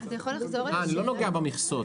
אני לא נוגע במכסות.